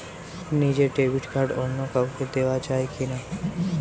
নিজের debit card অন্য কাউকে দেওয়া যায় কি না?